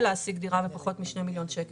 ניתן להשיג דירה בפחות מ-2 מיליון שקל,